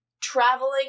traveling